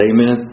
Amen